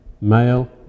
male